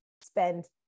spend